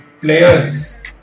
players